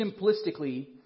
simplistically